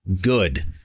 good